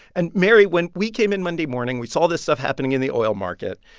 and, mary, when we came in monday morning, we saw this stuff happening in the oil market.